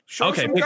Okay